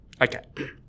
Okay